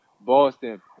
Boston